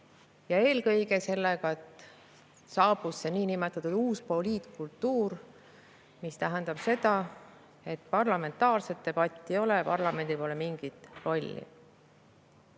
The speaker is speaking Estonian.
ja eelkõige sellega, et saabus see niinimetatud uus poliitkultuur, mis tähendab seda, et parlamentaarset debatti ei ole, parlamendil pole mingit